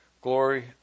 glory